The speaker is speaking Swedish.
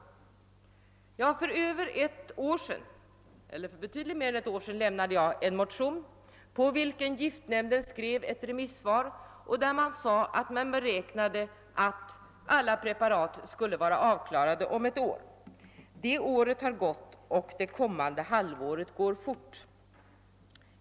Men för över ett år sedan väckte jag en motion, på vilken giftnämnden framhöll i sitt remissyttrande att alla preparat skulle vara avklarade inom ett år. Det året har gått, och det kommande halvåret går fort.